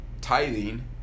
tithing